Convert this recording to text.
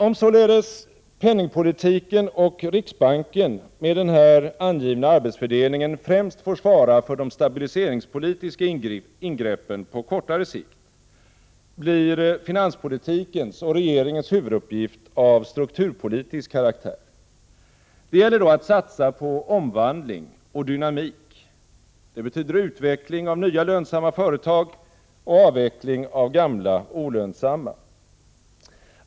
Om således penningpolitiken och riksbanken med den här angivna arbetsfördelningen främst får svara för de stabiliseringspolitiska ingreppen på kortare sikt, blir finanspolitikens och regeringens huvuduppgift av strukturpolitisk karaktär. Det gäller då att satsa på omvandling och dynamik. Det betyder utveckling av nya lönsamma företag och avveckling av gamla olönsamma.